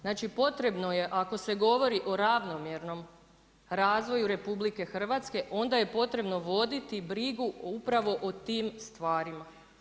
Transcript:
Znači, potrebno je ako se govori o ravnomjernom razvoju RH, onda je potrebno voditi brigu upravo o tim stvarima.